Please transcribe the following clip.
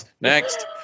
Next